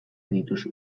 dituzu